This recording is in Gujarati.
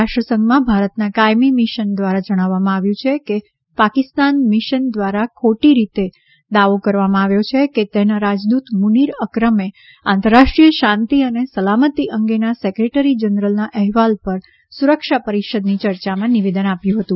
રાષ્ટ્ર સંઘમાં ભારતના કાયમી મિશન દ્વારા જણાવવામાં આવ્યું છે કે પાકિસ્તાન મિશન દ્વારા ખોટી રીતે દાવો કરવામાં આવ્યો છે કે તેના રાજદૂત મુનીર અકરમે આંતરરાષ્ટ્રીય શાંતિ અને સલામતી અંગેના સેક્રેટરી જનરલના અહેવાલ પર સુરક્ષા પરિષદની ચર્ચામાં નિવેદન આપ્યું હતું